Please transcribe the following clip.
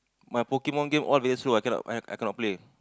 my Pokemon game all very slow I cannot I cannot play